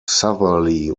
southerly